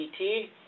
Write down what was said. ET